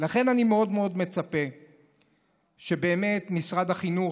לכן אני מאוד מאוד מצפה שמשרד החינוך,